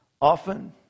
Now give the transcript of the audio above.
Often